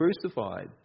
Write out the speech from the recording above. crucified